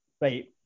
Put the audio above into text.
right